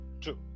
true